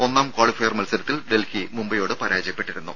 ഒന്നാം ക്വാളിഫയർ മത്സരത്തിൽ ഡൽഹി മുംബൈയോട് പരാജയപ്പെട്ടിരുന്നു